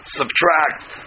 subtract